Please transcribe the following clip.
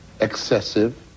Excessive